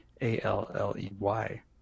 A-L-L-E-Y